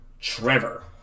Trevor